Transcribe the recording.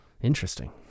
interesting